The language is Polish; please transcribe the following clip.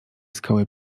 skały